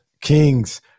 Kings